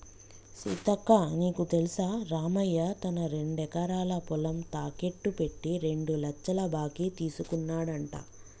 సీతక్క నీకు తెల్సా రామయ్య తన రెండెకరాల పొలం తాకెట్టు పెట్టి రెండు లచ్చల బాకీ తీసుకున్నాడంట